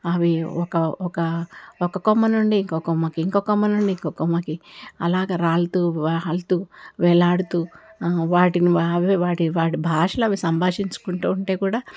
అవి ఒక ఒక ఒక కొమ్మ నుండి ఇంకో కొమ్మకి ఇంకో కొమ్మ నుండి ఇంకో కొమ్మకి అలాగ రాలుతూ రాలుతూ వేలాడుతూ వాటినవే వాటి వాటి భాషలో అవి సంభాషించుకుంటూ ఉంటే కూడా